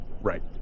Right